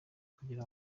kugira